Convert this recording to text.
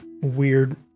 weird